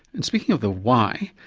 and speaking of the y,